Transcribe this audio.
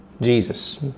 Jesus